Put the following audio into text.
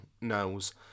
knows